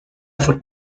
foot